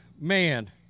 man